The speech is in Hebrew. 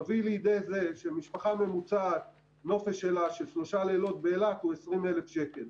מביא לידי זה שנופש של שלושה לילות באילת למשפחה ממוצעת הוא 20,000 שקל.